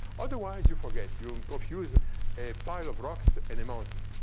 otherwise, you forget. you and confuse a pile of rocks and a mountain.